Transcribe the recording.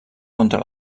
contra